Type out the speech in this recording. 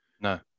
No